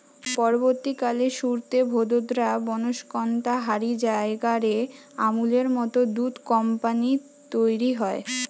পরবর্তীকালে সুরতে, ভাদোদরা, বনস্কন্থা হারি জায়গা রে আমূলের মত দুধ কম্পানী তইরি হয়